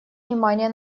внимание